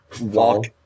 walk